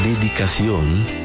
dedicación